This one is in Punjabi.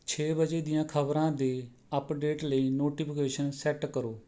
ਛੇ ਵਜੇ ਦੀਆਂ ਖ਼ਬਰਾਂ ਦੇ ਅਪਡੇਟ ਲਈ ਨੋਟੀਫਿਕੇਸ਼ਨ ਸੈਟ ਕਰੋ